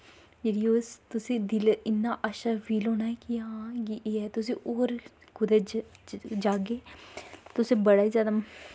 जेह्ड़ी ओह् तुसें गी दिल इन्ना अच्छा फील होना कि हां कि एह् ऐ तुसें होर कुतै जाह्गे तुसें बड़ा ई जादा